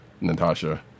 Natasha